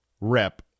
rep